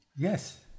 Yes